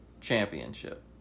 championship